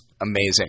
amazing